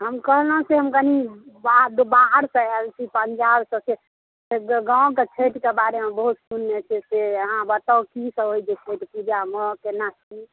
हम कहलुँ जे हम कनि बाहरसँ आएल छी पञ्जाबसँ से गाँवके छठिके बारेमे बहुत सुनने छिऐ से अहाँ बताऊ की सभ होइ छै छठि पूजामे केना की